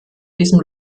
diesem